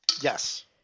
Yes